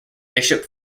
bishop